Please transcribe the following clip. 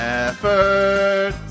effort